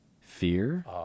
fear